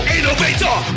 Innovator